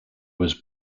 was